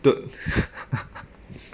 dude